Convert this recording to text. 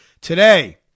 Today